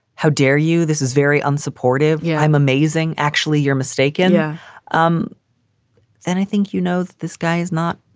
how dare you? this is very unsupportive. yeah, i'm amazing. actually, you're mistaken um and i think you know that this guy is not.